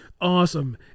Awesome